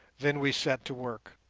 then we set to work.